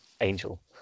Angel